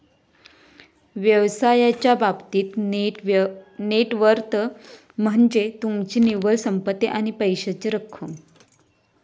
व्यवसायाच्या बाबतीत net worth म्हनज्ये तुमची निव्वळ संपत्ती आणि पैशाची रक्कम